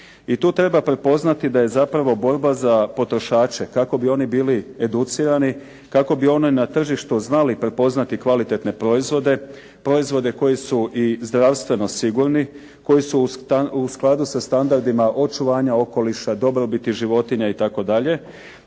I tu treba prepoznati da je zapravo borba za potrošače kako bi oni bili educirani, kako bi oni na tržištu znali prepoznati kvalitetne proizvode, proizvode koji su i zdravstveno sigurni, koji su u skladu sa standardima očuvanja okoliša, dobrobiti životinja itd.,